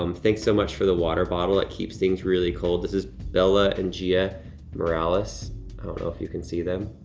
um thanks so much for the water bottle it keeps things really cold. this is bella and gia ah morales. i don't know if you can see them,